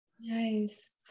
Nice